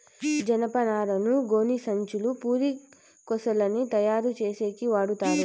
జనపనారను గోనిసంచులు, పురికొసలని తయారు చేసేకి వాడతారు